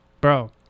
bro